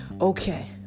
Okay